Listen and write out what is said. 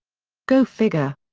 go figure.